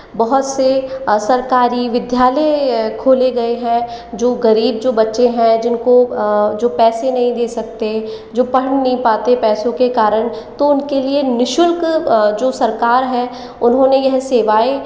बहुत से सरकारी विद्यालय खोले गए हैं जो गरीब जो बच्चे है जिनको जो पैसे नहीं दे सकते जो पढ़ नहीं पाते पैसों के कारण तो उनके लिए नि शुल्क जो सरकार है उन्होंने ये सेवाऐं